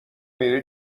میری